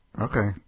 Okay